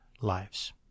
lives